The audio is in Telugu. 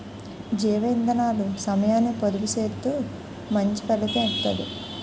జీవ ఇందనాలు సమయాన్ని పొదుపు సేత్తూ మంచి ఫలితం ఇత్తది